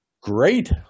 Great